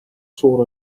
suur